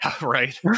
right